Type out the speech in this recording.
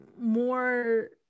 more